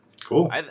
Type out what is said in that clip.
Cool